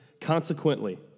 Consequently